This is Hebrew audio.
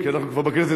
כי אנחנו כבר בכנסת,